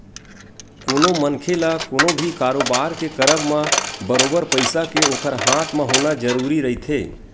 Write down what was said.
कोनो मनखे ल कोनो भी कारोबार के करब म बरोबर पइसा के ओखर हाथ म होना जरुरी रहिथे